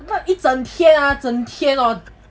but it's 整天整天